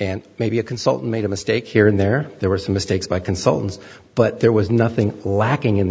and maybe a consultant made a mistake here and there there were some mistakes by consultants but there was nothing lacking in the